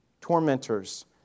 tormentors